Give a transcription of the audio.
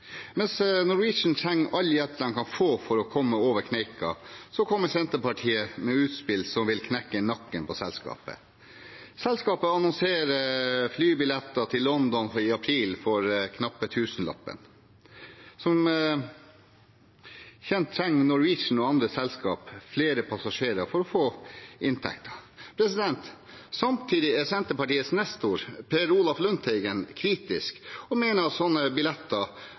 Mens Norwegian trenger all hjelp de kan få for å komme over kneika, kommer Senterpartiet med utspill som vil knekke nakken på selskapet. Selskapet annonserer flybilletter til London i april for knappe tusenlappen. Som kjent trenger Norwegian og andre selskap flere passasjerer for å få inntekter. Samtidig er Senterpartiets nestor, Per Olaf Lundteigen, kritisk og mener slike billetter